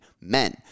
Men